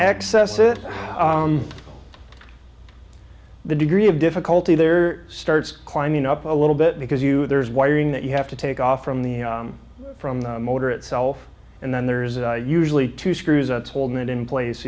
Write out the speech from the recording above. access it all the degree of difficulty there starts climbing up a little bit because you there's wiring that you have to take off from the from the motor itself and then there's usually two screws that hold it in place